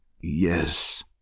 yes